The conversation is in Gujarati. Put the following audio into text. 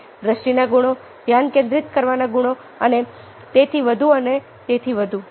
દ્રષ્ટિના ગુણો ધ્યાન કેન્દ્રિત કરવાના ગુણો અને તેથી વધુ અને તેથી વધુ